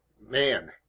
man